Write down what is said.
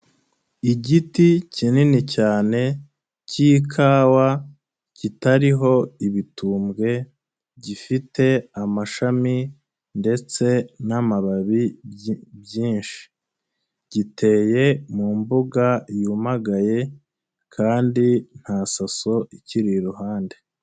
Igiti kinini cyane cy'ikawa kitariho ibitumbwe gifite amashami ndetse n'amababi byinshi, giteye mu mbuga yumagaye kandi nta saso ikiri iruhande.